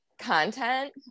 content